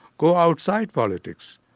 go outside politics.